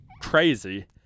Crazy